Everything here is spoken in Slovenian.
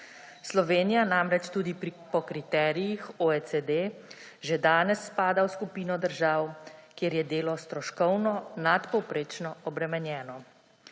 Slovenija namreč tudi po kriterijih OECD že danes spada v skupino držav, kjer je delo stroškovno nadpovprečno obremenjeno.